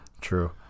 True